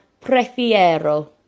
prefiero